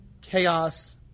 chaos